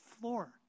floor